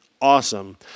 Awesome